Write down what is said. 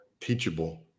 teachable